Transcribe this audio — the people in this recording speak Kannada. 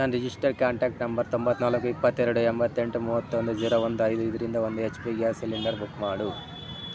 ನನ್ನ ರಿಜಿಸ್ಟರ್ಡ್ ಕಾಂಟ್ಯಾಕ್ಟ್ ನಂಬರ್ ತೊಂಬತ್ತ್ನಾಲ್ಕು ಇಪ್ಪತ್ತೆರಡು ಎಂಬತ್ತೆಂಟು ಮೋವತ್ತೊಂದು ಝೀರೋ ಒಂದು ಐದು ಇದರಿಂದ ಒಂದು H P gas cylinder book ಮಾಡು